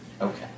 Okay